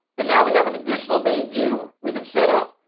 and now we have an additional main view we can set up.